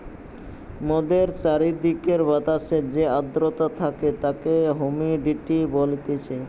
মোদের চারিদিকের বাতাসে যে আদ্রতা থাকে তাকে হুমিডিটি বলতিছে